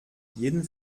jeden